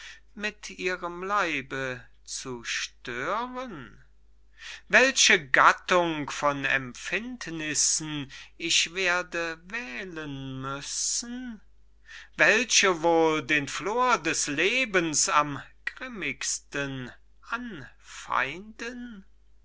mit ihrem leibe zu stören welche gattung von empfindnissen ich werde wählen müssen welche wohl den flor des lebens am grimmigsten anfeinden